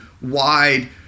wide